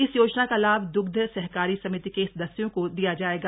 इस योजना का लाभ दुग्ध सहकारी समिति के सदस्यों को दिया जाएगा